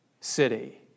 city